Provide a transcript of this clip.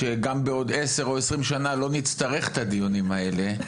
שגם בעוד עשר או 20 שנה לא נצטרך את הדיונים האלה,